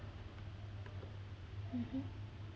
mmhmm